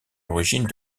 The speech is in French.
l’origine